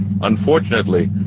Unfortunately